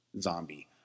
Zombie